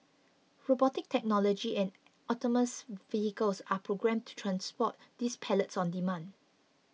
robotic technology and autonomous vehicles are programmed to transport these pallets on demand